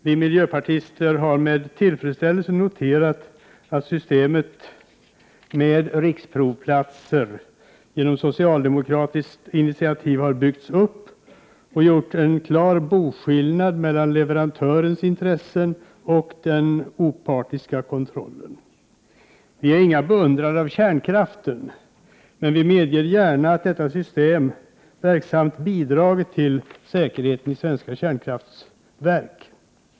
Vi miljöpartister har med tillfredsställelse noterat det system med riksprovplatser som på socialdemokratiskt initiativ har byggts upp och som gjort en klar boskillnad mellan leverantörens intressen och den opartiska kontrollen. Vi är inga beundrare av kärnkraften, men vi medger gärna att detta system verksamt bidragit till säkerheten i svenska kärnkraftverk.